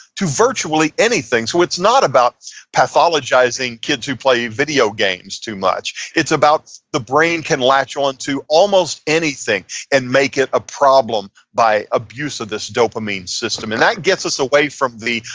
to virtually anything so, it's not about pathologizing kids who play video games too much. it's about, the brain can latch on to almost anything and make it a problem by abuse of this dopamine system, and that gets us away from the,